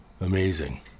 Amazing